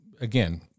again